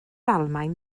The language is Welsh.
almaen